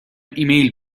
ایمیل